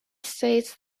states